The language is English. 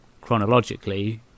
chronologically